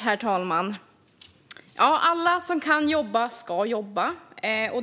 Herr talman! Alla som kan jobba ska jobba.